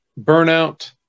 burnout